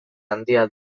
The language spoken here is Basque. handia